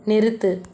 நிறுத்து